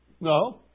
No